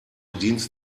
dienst